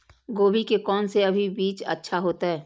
गोभी के कोन से अभी बीज अच्छा होते?